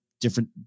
different